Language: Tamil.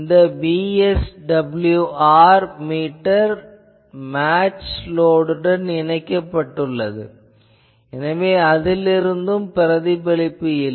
இந்த VSWR மீட்டர் மேட்ச் லோடுடன் இணைக்கப்பட்டுள்ளது எனவே அதிலிருந்து பிரதிபலிப்பு இல்லை